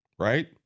Right